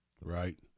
Right